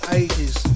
ages